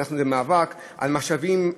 אנחנו במאבק על משאבים,